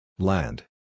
Land